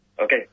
Okay